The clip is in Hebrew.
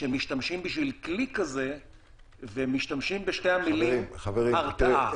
כשמשתמשים בשביל כלי כזה בשתי המילים: הרתעה.